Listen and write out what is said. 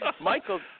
Michael